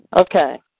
Okay